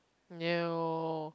no